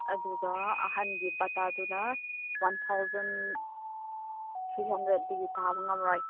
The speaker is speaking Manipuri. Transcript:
ꯑꯗꯨꯒ ꯑꯍꯟꯒꯤ ꯕꯥꯇꯥꯗꯨꯅ ꯋꯥꯟ ꯊꯥꯎꯖꯟ ꯊ꯭ꯔꯤ ꯍꯟꯗ꯭ꯔꯦꯗꯇꯒꯤ ꯇꯥꯕ ꯉꯝꯂꯣꯏ